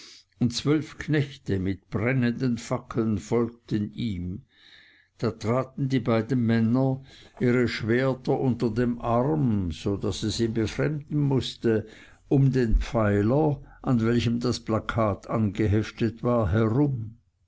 und zwölf knechte mit brennenden fackeln folgten ihm da traten die beiden männer ihre schwerter unter dem arm so daß es ihn befremden mußte um den pfeiler an welchen das plakat angeheftet war herum